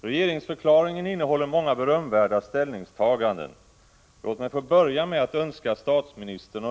Herr talman!